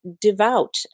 Devout